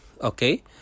okay